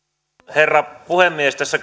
herra puhemies tässä